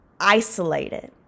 isolated